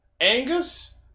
angus